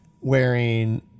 wearing